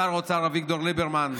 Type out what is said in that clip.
שר האוצר אביגדור ליברמן,